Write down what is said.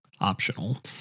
optional